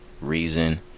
reason